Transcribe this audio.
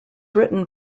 written